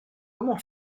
comment